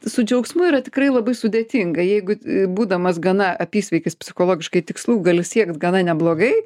su džiaugsmu yra tikrai labai sudėtinga jeigu būdamas gana apysveikis psichologiškai tikslų gali siekt gana neblogai